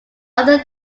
other